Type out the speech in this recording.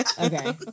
Okay